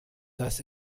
das